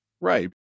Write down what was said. Right